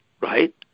right